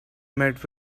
met